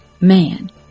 man